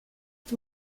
its